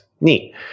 Neat